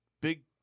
big